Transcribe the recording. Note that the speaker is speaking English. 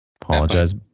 Apologize